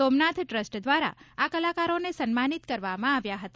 Somnath trust દ્વારા આ કલાકારોને સન્માનિત કરવામાં આવ્યા હતા